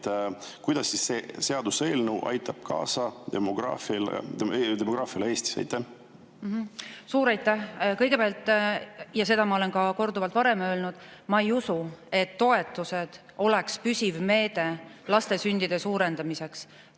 Kuidas see seaduseelnõu aitab kaasa demograafiale Eestis? Suur aitäh! Kõigepealt – ja seda ma olen ka korduvalt varem öelnud – ma ei usu, et toetused oleks püsiv meede laste sündide suurendamiseks.